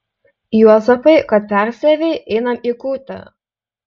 juozapai kad persiavei einam į kūtę